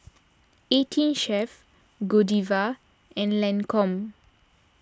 eighteen Chef Godiva and Lancome